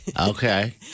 Okay